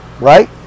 right